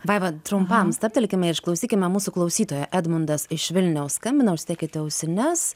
vaiva trumpam stabtelkime išklausykime mūsų klausytoją edmundas iš vilniaus skambina užsidėkite ausines